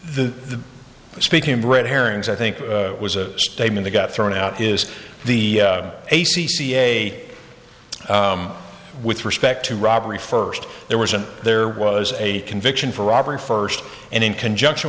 the speaking of red herrings i think it was a statement they got thrown out is the a c c a with respect to robbery first there was a there was a conviction for robbery first and in conjunction